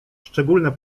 szczególne